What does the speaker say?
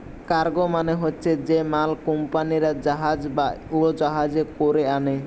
cargo মানে হচ্ছে যে মাল কুম্পানিরা জাহাজ বা উড়োজাহাজে কোরে আনে